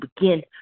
begin